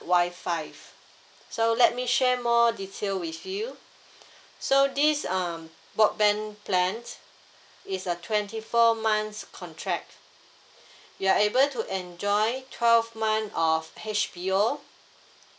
wi-fi so let me share more detail with you so this um broadband plan is a twenty four months contract you are able to enjoy twelve month of H_B_O